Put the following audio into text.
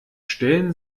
stellen